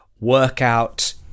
workout